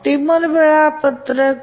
optimal वेळापत्रक